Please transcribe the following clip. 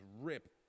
rip